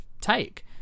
take